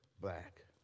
black